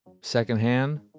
secondhand